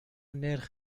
نرخ